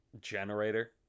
generator